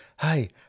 hey